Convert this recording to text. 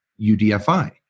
UDFI